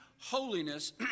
holiness